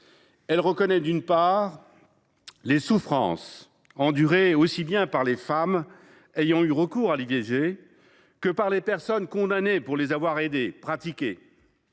elle reconnaît les souffrances endurées aussi bien par les femmes ayant eu recours à l’IVG que par les personnes condamnées pour l’avoir pratiquée.